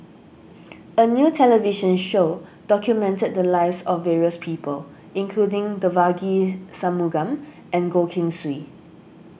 a new television show documented the lives of various people including Devagi Sanmugam and Goh Keng Swee